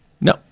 No